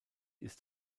ist